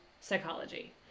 psychology